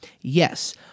Yes